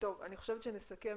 אני חושבת שנסכם.